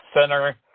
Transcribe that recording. center